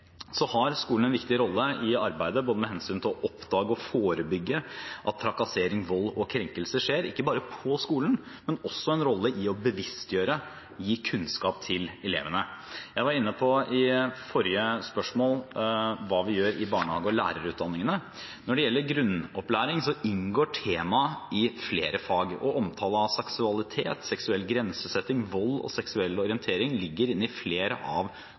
Så har skolen en viktig rolle i arbeidet med hensyn til å oppdage og forebygge at trakassering, vold og krenkelser skjer, og ikke bare på skolen. Men skolen har også en rolle i å bevisstgjøre og gi kunnskap til elevene. I forrige spørsmål var jeg inne på hva vi gjør i barnehage- og lærerutdanningene. Når det gjelder grunnopplæringen, inngår temaet i flere fag, og omtale av seksualitet, seksuell grensesetting, vold og seksuell orientering ligger inne i flere av